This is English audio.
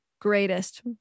greatest